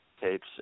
tapes